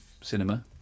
cinema